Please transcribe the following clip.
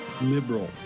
Liberal